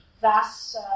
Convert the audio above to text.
vast